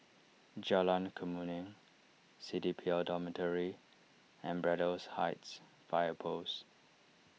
Jalan Kemuning C D P L Dormitory and Braddell Heights Fire Post